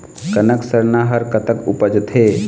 कनक सरना हर कतक उपजथे?